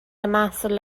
محصول